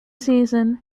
season